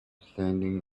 standing